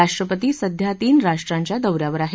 राष्ट्रपती सध्या तीन राष्ट्रांच्या दौऱ्यावर आहेत